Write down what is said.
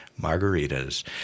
Margaritas